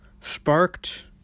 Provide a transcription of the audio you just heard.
sparked